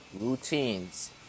routines